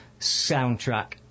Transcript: soundtrack